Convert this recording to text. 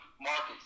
markets